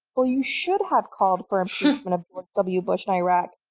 well, you should have called for impeachment of w bush in iraq.